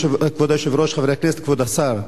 כבוד היושב-ראש, חברי הכנסת, כבוד השר,